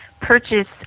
purchase